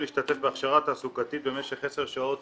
להשתתף בהכשרה תעסוקתית במשך עשר שעות